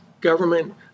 government